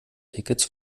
tickets